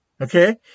okay